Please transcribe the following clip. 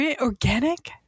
organic